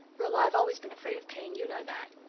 rilla, i've always been afraid of pain you know that.